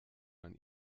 man